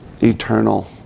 eternal